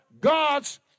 God's